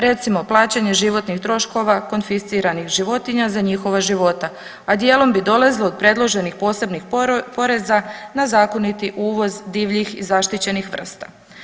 Recimo plaćanje životnih troškova konfisciranih životinja za njihova života, a dijelom bi dolazila od predloženih posebnih poreza na zakonit uvoz divljih i zaštićenih vrsta.